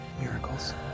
Miracles